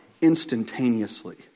instantaneously